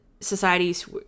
societies